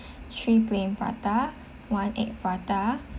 three plain paratha one egg paratha